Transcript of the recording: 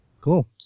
Cool